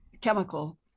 chemical